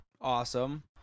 Awesome